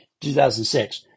2006